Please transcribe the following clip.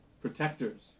protectors